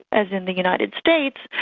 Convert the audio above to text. as in the united states,